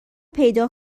پیدا